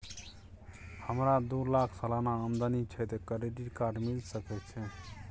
हमरा दू लाख सालाना आमदनी छै त क्रेडिट कार्ड मिल सके छै?